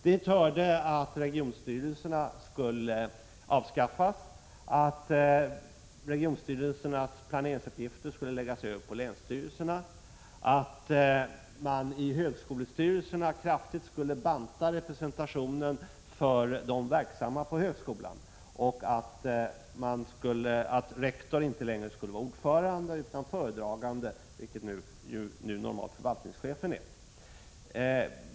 Dit hörde att regionstyrelserna skulle avskaffas, att regionstyrelsernas planeringsuppgifter skulle läggas över på länsstyrelserna, att man i högskolestyrelserna kraftigt skulle banta representationen för de verksamma på högskolan och att rektorn inte längre skulle vara ordförande utan föredragande, vilket nu normalt förvaltningschefen är.